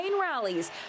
rallies